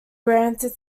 granted